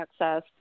access